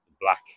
Black